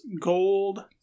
gold